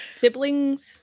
siblings